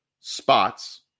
spots